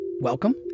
welcome